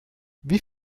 wie